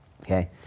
okay